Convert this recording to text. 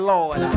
Lord